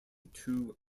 two